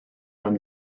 nom